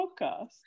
podcast